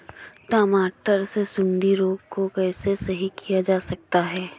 टमाटर से सुंडी रोग को कैसे सही किया जा सकता है?